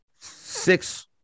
six